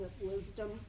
wisdom